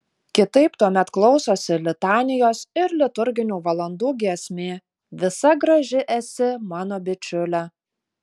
kitaip tuomet klausosi litanijos ir liturginių valandų giesmė visa graži esi mano bičiule